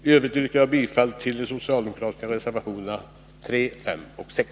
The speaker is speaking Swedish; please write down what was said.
I övrigt yrkar jag bifall till de socialdemokratiska reservationerna 3, 5 och 6.